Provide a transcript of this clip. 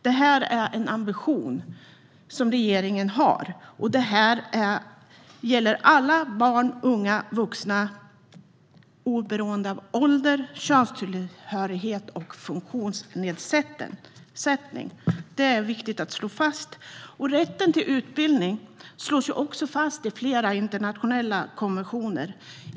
Detta är en ambition som regeringen har, och det gäller alla barn, unga och vuxna, oberoende av ålder, könstillhörighet och funktionsnedsättning. Detta är viktigt att slå fast. Rätten till utbildning slås också fast i flera internationella konventioner.